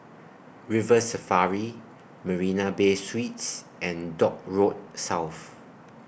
River Safari Marina Bay Suites and Dock Road South